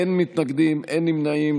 אין מתנגדים, אין נמנעים.